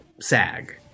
SAG